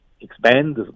expand